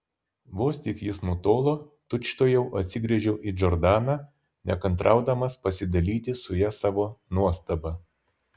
vos tik jis nutolo tučtuojau atsigręžiau į džordaną nekantraudamas pasidalyti su ja savo nuostaba